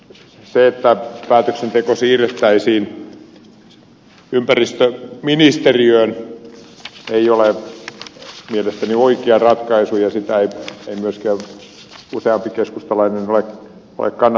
se että päätöksenteko siirrettäisiin ympäristöministeriöön ei ole mielestäni oikea ratkaisu ja sitä ei myöskään useampi keskustalainen ole kannattamassakaan